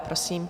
Prosím.